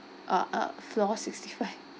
uh uh floor sixty five